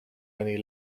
many